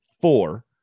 four